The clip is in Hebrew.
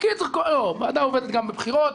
לא, הוועדה עובדת גם בבחירות.